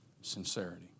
sincerity